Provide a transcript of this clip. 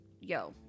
yo